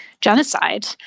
genocide